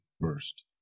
first